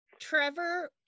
trevor